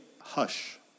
Hush